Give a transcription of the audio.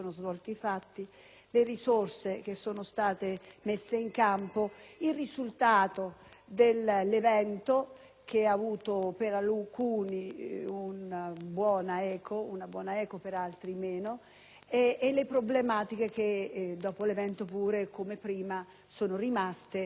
le risorse che sono state messe in campo, il risultato dell'evento, che ha avuto, per alcuni, una buona eco, mentre per altri meno, nonché le problematiche che dopo l'evento - come anche prima - sono rimaste e permangono.